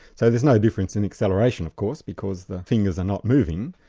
so there's no difference in acceleration of course, because the fingers are not moving,